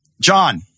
John